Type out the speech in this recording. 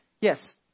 yes